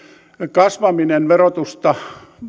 kasvaminen verotusta